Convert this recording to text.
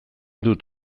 dut